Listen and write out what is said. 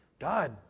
God